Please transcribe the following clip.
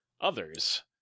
others